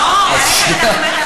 לא, ההפך.